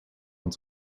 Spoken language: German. und